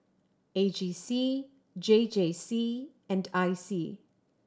A G C J J C and I C